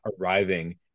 arriving